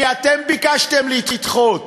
כי אתם ביקשתם לדחות.